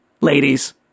ladies